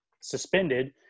suspended